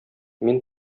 мин